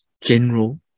general